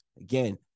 Again